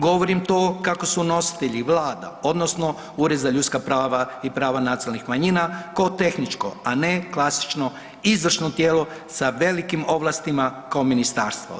Govorim to kako su nositelji vlada odnosno Ured za ljudska prava i prava nacionalnih manjina kao tehničko, a ne klasično izvršno tijelo sa velikim ovlastima kao ministarstvo.